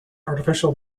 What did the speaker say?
artificial